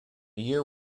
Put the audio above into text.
year